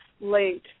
late